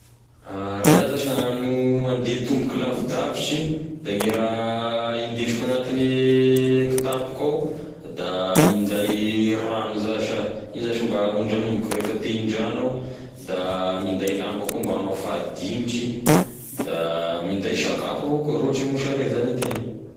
Raha iaho zash gn'agnano hande tomboky lavidavitry da gne raha hindesiko agnatine kitapoko ao da minday ragno zash ah igny zash mba hondragnomiko refa te hindragno aho, da minday lamba koa mba hamafa dignitry da minday sakafo avao koa raha ohatry hoe mosare zany itegna.